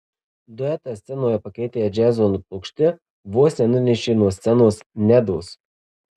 duetą scenoje pakeitę džiazo nublokšti vos nenunešė nuo scenos nedos